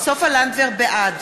בעד